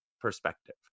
perspective